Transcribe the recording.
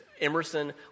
Emerson